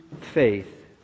faith